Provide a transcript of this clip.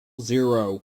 zero